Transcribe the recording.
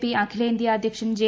P അഖിലേന്ത്യാ അദ്ധ്യക്ഷൻ J